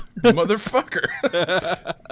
Motherfucker